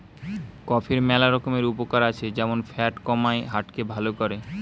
কফির ম্যালা রকমের উপকার আছে যেমন ফ্যাট কমায়, হার্ট কে ভাল করে